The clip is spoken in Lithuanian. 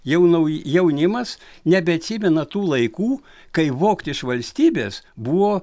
jau nauj jaunimas nebeatsimena tų laikų kai vogt iš valstybės buvo